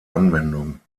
anwendung